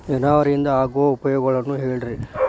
ನೇರಾವರಿಯಿಂದ ಆಗೋ ಉಪಯೋಗಗಳನ್ನು ಹೇಳ್ರಿ